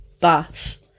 bath